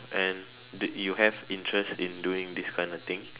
and d~ you have interest in doing this kind of thing